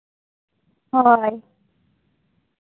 ᱦᱳᱭ